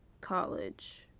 College